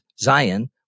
Zion